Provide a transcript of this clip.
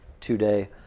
today